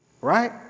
right